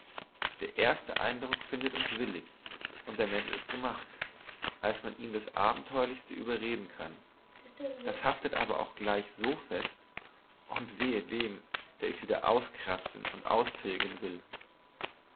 der erste eindruck findet uns willig und der mensch ist gemacht daß man ihn das abenteuerlichste überreden kann das haftet aber auch gleich so fest und wehe dem der es wieder auskratzen und austilgen will